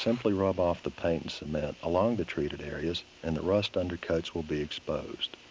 simply rub off the paint cement along the treated areas, and the rust undercoats will be exposed.